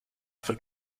for